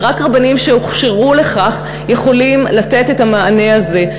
ורק רבנים שהוכשרו לכך יכולים לתת את המענה הזה.